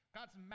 God's